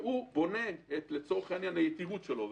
והוא בונה את היתירות שלו,